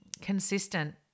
consistent